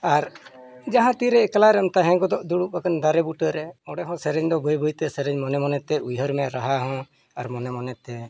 ᱟᱨ ᱡᱟᱦᱟᱸ ᱛᱤᱨᱮ ᱮᱠᱞᱟ ᱨᱮᱢ ᱛᱟᱦᱮᱸ ᱜᱚᱫᱚᱜ ᱫᱩᱲᱩᱵ ᱟᱠᱟᱱ ᱫᱟᱨᱮ ᱵᱩᱴᱟᱹ ᱨᱮ ᱚᱸᱰᱮ ᱦᱚᱸ ᱥᱮᱨᱮᱧ ᱫᱚ ᱵᱟᱹᱭ ᱵᱟᱹᱭᱛᱮ ᱥᱮᱨᱮᱧ ᱢᱚᱱᱮ ᱢᱚᱱᱮᱛᱮ ᱩᱭᱦᱟᱹᱨ ᱢᱮ ᱨᱟᱦᱟ ᱦᱚᱸ ᱟᱨ ᱢᱚᱱᱮ ᱢᱚᱱᱮᱛᱮ